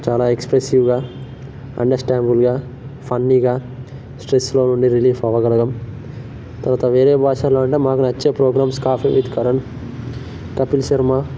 చాలా ఎక్స్ప్రెసివ్గా అండర్స్టాండబుల్గా ఫన్నీగా స్ట్రెస్లో ఉండి రిలీఫ్ అవగలగం తర్వాత వేరే భాషలలో అంటే మాకు నచ్చే programmes coffee with Karan Kapil Sharma